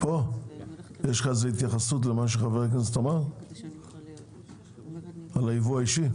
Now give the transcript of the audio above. יש לכם התייחסות לגבי הייבוא האישי?